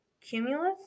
Cumulus